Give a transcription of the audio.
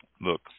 look